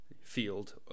field